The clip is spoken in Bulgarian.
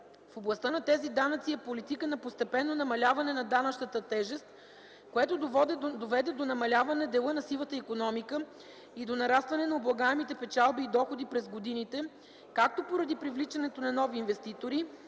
в областта на тези данъци е политика на постепенно намаляване на данъчната тежест, което доведе до намаляване дела на сивата икономика и до нарастване на облагаемите печалби и доходи през годините както поради привличането на нови инвеститори,